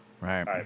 right